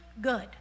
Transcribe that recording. good